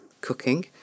cooking